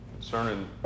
concerning